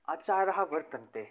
आचाराः वर्तन्ते